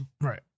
Right